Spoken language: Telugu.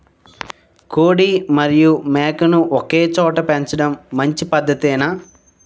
కోడి మరియు మేక ను ఒకేచోట పెంచడం మంచి పద్ధతేనా?